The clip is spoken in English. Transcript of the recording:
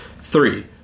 three